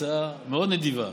זו הצעה מאוד נדיבה,